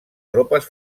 tropes